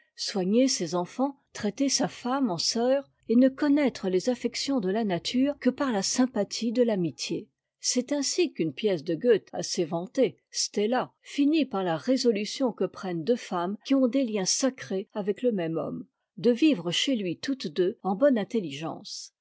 soigner ses enfants traiter sa femme en sœur et ne connaître tes affections de la nature que par la sympathie de l'amitié c'est ainsi qu'une pièce de goethe assez vantée stella finit par la résolution que prennent deux femmes qui ont des liens sacrés avec le même homme de vivre chez lui toutes deux en bonne inteiïigence